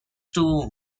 too